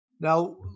Now